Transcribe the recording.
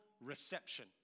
reception